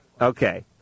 Okay